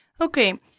Okay